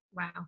Wow